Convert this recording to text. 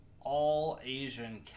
all-Asian